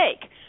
take